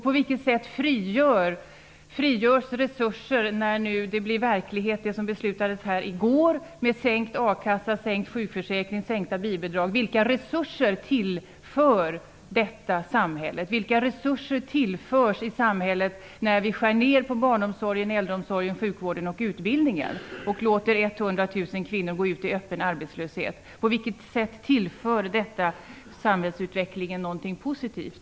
På vilket sätt frigörs resurser när det som beslutades här i går nu blir verklighet, nämligen sänkt a-kassa, sänkt sjukförsäkring och sänkta barnbidrag? Vilka resurser tillför detta samhället? Vilka resurser tillförs i samhället, när vi skär ner på barnomsorgen, äldreomsorgen, sjukvården och utbildningen och låter 100 000 kvinnor gå ut i öppen arbetslöshet? På vilket sätt tillför detta samhällsutvecklingen någonting positivt?